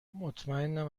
مطمئنم